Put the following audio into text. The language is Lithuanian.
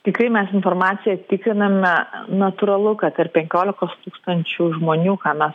tik kai mes informaciją tikriname natūralu kad tarp penkiolikos tūkstančių žmonių ką mes